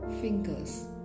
fingers